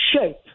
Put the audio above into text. shape